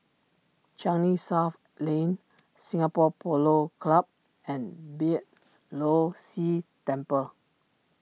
Changi South Lane Singapore Polo Club and Beeh Low See Temple